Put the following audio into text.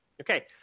Okay